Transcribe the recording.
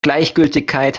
gleichgültigkeit